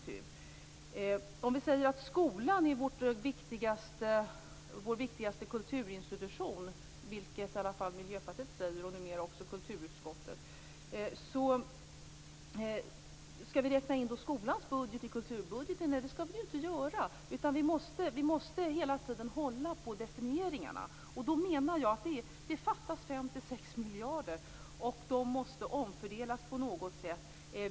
Man kan säga att skolan är vår viktigaste kulturinstitution - det säger i alla fall vi i Miljöpartiet och numer också kulturutskottet. Skall vi då räkna in skolans budget i kulturbudgeten? Nej, det skall vi inte göra. Vi måste hela tiden hålla på definitionerna. Jag menar att det fattas 5-6 miljarder, och de måste omfördelas på något sätt.